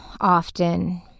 often